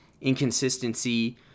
inconsistency